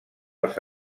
als